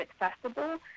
accessible